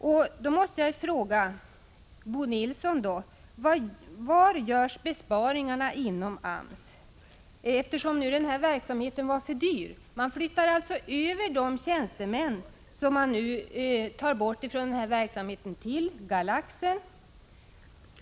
Jag måste då fråga Bo Nilsson: Var görs besparingarna inom AMS, eftersom egenregiverksamheten var för dyr? Man flyttar alltså över dess tjänstemän till Galaxen.